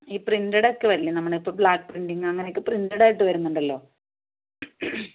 ഈ പ്രിൻറഡ് ഒക്കെ വരില്ലേ നമ്മൾ ഇപ്പോൾ ബ്ലാക്ക് പ്രിൻറിംഗ് അങ്ങനെയൊക്കെ പ്രിൻറഡ് ആയിട്ട് വരുന്നുണ്ടല്ലോ